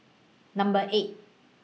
Number eight